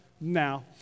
now